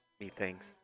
methinks